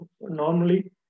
normally